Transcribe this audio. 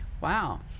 wow